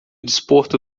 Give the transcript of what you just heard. desporto